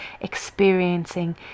experiencing